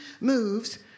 moves